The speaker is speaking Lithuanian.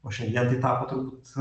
o šiandien tai tapo turbūt